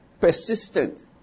persistent